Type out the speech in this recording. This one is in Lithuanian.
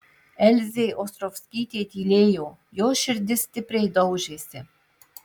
elzė ostrovskytė tylėjo jos širdis stipriai daužėsi